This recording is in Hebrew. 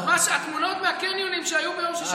התמונות מהקניונים שהיו ביום שישי,